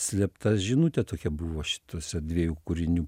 slėpta žinutė tokia buvo šituose dviejų kūrinių